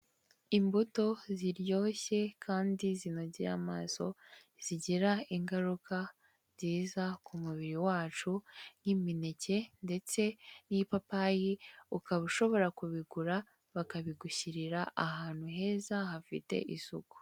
Imbuto ziryoshye kandi zinogeye amaso, zigira ingaruka nziza ku mubiri wacu, nk'imineke ndetse n'ipapayi, ukaba ushobora kubigura, bakabigushyirira ahantu heza hafite isuku.